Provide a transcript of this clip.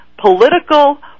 political